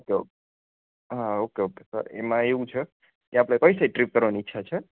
okay હા okay okay sir એમા એવું છે કે આપડે કઈ સાઈડ ટ્રીપ કરવાની ઈચ્છા છે